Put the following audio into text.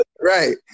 right